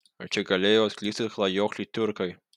ar čia galėjo atklysti klajokliai tiurkai